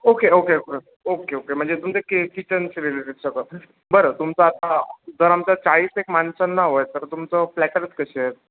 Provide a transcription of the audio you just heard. okay okay okay okay म्हणजे तुमचे के किचनशी रिलेटेड सगळं बरं तुमचं आता जर आमचा चाळीस एक माणसांना हवा आहे तर तुमचं प्लॅटरच कशी आहे